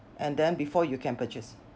and then before you can purchase